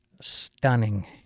stunning